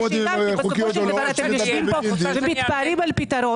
זו באמת השאלה כי בסופו של דבר אתם יושבים פה ומתפארים בפתרון